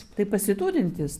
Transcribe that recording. tai pasiturintis